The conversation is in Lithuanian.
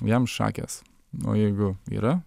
jam šakės o jeigu yra